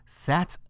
set